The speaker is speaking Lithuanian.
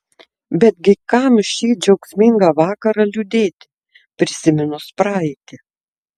betgi kam šį džiaugsmingą vakarą liūdėti prisiminus praeitį